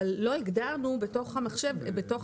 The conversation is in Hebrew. אבל לא הגדרנו בתוך הרכב,